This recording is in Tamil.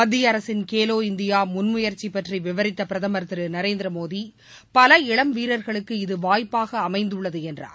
மத்திய அரசின் கேவோ இந்தியா முன்முயற்சி பற்றி விவரித்த பிரதம் திரு நரேந்திரமோடி பல இளம்வீரர்களுக்கு இது வாய்ப்பாக அமைந்துள்ளது என்றார்